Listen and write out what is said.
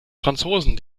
franzosen